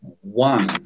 one